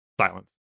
silence